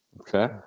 okay